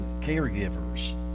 caregivers